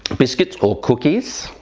biscuits or cookies.